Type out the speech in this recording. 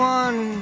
one